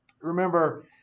Remember